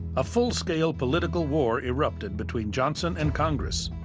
a full scale political war erupted between johnson and congress,